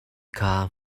kha